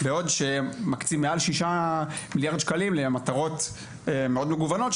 בעוד שמקצים מעל 6 מיליארד שקלים למטרות מאוד מגוונות,